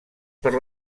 per